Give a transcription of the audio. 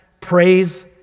praise